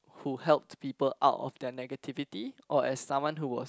who helped people out of their negativity or as someone who was